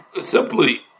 simply